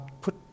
put